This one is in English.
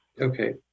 Okay